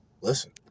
listen